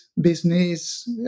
business